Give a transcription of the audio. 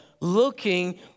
looking